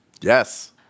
Yes